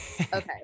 Okay